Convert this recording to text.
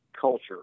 culture